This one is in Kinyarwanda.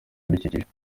ibidukikije